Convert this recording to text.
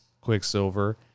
Quicksilver